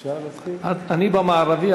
אני במערבי,